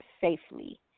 safely